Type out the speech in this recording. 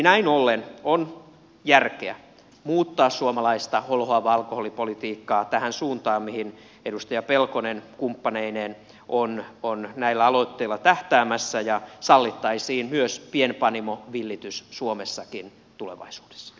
näin ollen on järkeä muuttaa suomalaista holhoavaa alkoholipolitiikkaa tähän suuntaan mihin edustaja pelkonen kumppaneineen on näillä aloitteilla tähtäämässä ja sallittaisiin myös pienpanimovillitys suomessakin tulevaisuudessa